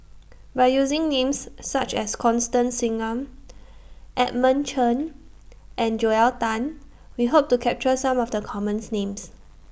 By using Names such as Constance Singam Edmund Chen and Joel Tan We Hope to capture Some of The commons Names